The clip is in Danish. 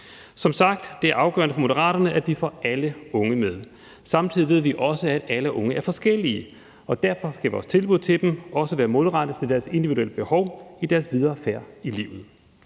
Som sagt er det afgørende for Moderaterne, at vi får alle unge med. Samtidig ved vi også, at alle unge er forskellige, og derfor skal vores tilbud til dem også være målrettet mod deres individuelle behov i deres videre færd i livet.